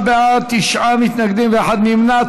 49 בעד, תשעה מתנגדים ואחד נמנע.